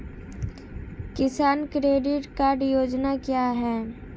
किसान credit card योजना क्या है?